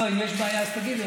לא, אם יש בעיה, אז תגידו.